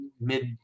mid